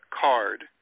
card